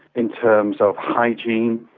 in terms of hygiene,